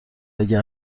اگه